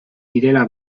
direla